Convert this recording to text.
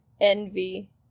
envy